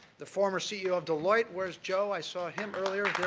the former ceo of deloitte. where is joe? i saw him earlier.